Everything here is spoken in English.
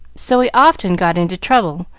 so he often got into trouble,